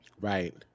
Right